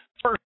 first